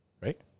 Right